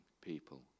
people